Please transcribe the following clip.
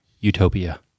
utopia